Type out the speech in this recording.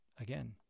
again